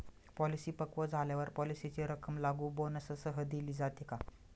Policy पक्व झाल्यावर पॉलिसीची रक्कम लागू बोनससह दिली जाते का?